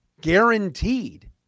guaranteed